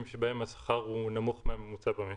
שבהם השכר הוא נמוך מהממוצע במשק.